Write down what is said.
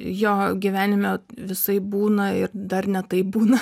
jo gyvenime visaip būna ir dar ne taip būna